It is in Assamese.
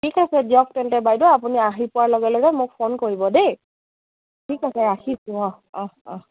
ঠিক আছে দিয়ক তেন্তে বাইদেউ আপুনি আহি পোৱাৰ লগে লগে মোক ফোন কৰিব দেই ঠিক আছে ৰাখিছোঁ অঁ অঁ অঁ